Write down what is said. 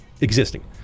existing